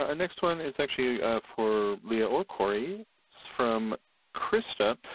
ah next one is actually for leah or corey, it's from krista.